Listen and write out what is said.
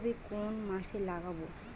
ফুলকপি কোন মাসে লাগাবো?